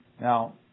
Now